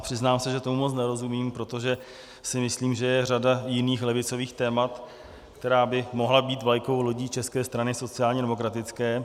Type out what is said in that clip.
Přiznám se, že tomu moc nerozumím, protože si myslím, že je řada jiných levicových témat, která by mohla být vlajkovou lodí České strany sociálně demokratické.